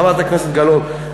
חברת הכנסת גלאון,